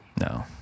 No